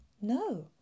no